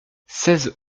seize